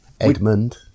Edmund